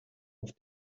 auf